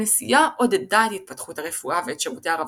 הכנסייה עודדה את התפתחות הרפואה ואת שירותי הרווחה,